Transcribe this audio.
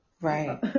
right